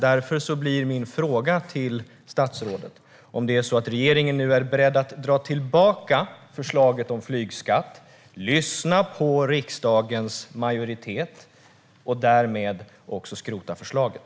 Därför blir min fråga till statsrådet om regeringen nu är beredd att lyssna på riksdagens majoritet och därmed också skrota förslaget.